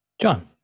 John